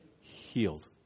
Healed